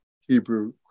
Hebrew